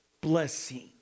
blessing